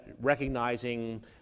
recognizing